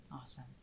awesome